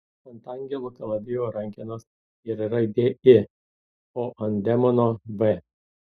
ant angelo kalavijo rankenos yra raidė i o ant demono v